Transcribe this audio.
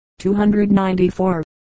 294